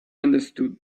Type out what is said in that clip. understood